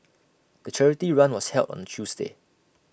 the charity run was held on A Tuesday